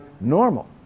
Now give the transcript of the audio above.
normal